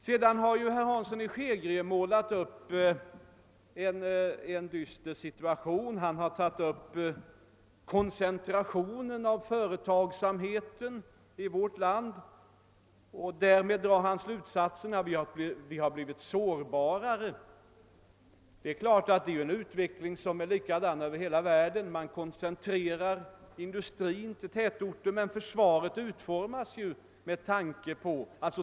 Herr Hansson i Skegrie har målat en dyster bild av koncentrationen av företagsamheten i landet. Han drar den slutsatsen att vi blivit sårbarare, men utvecklingen är ju likartad i hela världen, eftersom industrin överallt koncentreras till tätorter.